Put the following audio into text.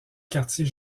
quartier